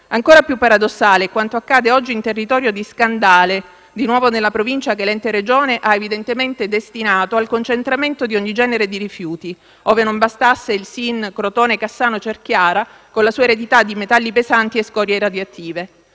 Ancora più paradossale è quanto accade oggi in territorio di Scandale, di nuovo nella Provincia che l'ente Regione ha evidentemente destinato al concentramento di ogni genere di rifiuti, ove non bastasse il SIN Crotone, Cassano e Cerchiara, con la sua eredità di metalli pesanti e scorie radioattive.